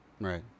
Right